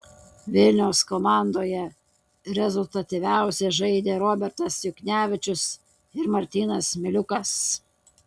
vilniaus komandoje rezultatyviausiai žaidė robertas juchnevičius ir martynas miliukas